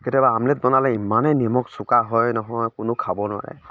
কেতিয়াবা আমলেট বনালে ইমানেই নিমখ চোকা হয় নহয় কোনো খাব নোৱাৰে